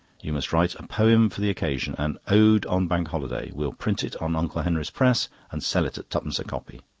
you must write a poem for the occasion an ode on bank holiday we'll print it on uncle henry's press and sell it at twopence a copy.